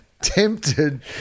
tempted